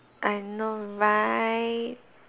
I know right